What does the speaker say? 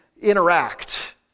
interact